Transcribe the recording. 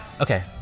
okay